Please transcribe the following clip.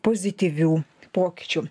pozityvių pokyčių